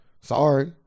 Sorry